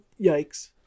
yikes